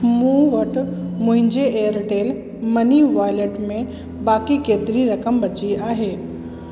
मूं वटि मुंहिंजे एयरटेल मनी वॉलेट में बाक़ी केतरी रक़म बची आहे